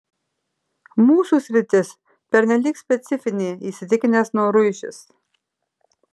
mūsų sritis pernelyg specifinė įsitikinęs noruišis